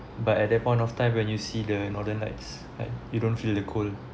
but at that point of time when you see the northern lights and you don't feel the cold